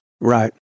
Right